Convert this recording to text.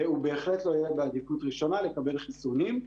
הוא בהחלט לא יהיה בעדיפות ראשונה לקבל חיסונים.